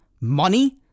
money